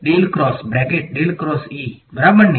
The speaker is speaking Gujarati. તેથી બરાબર ને